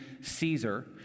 Caesar